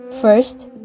First